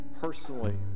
personally